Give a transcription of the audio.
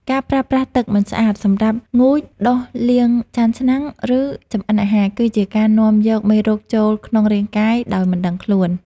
ការប្រើប្រាស់ទឹកមិនស្អាតសម្រាប់ងូត ដុសលាងចានឆ្នាំង ឬចម្អិនអាហារ គឺជាការនាំយកមេរោគចូលក្នុងរាងកាយដោយមិនដឹងខ្លួន។